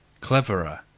cleverer